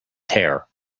tear